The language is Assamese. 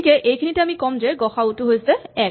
গতিকে এইখিনিতে আমি কম যে গ সা উ টো হৈছে ১